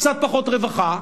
קצת פחות רווחה,